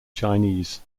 chinese